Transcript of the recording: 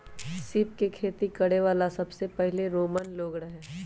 सीप के खेती करे वाला सबसे पहिले रोमन लोग रहे